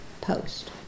post